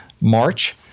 March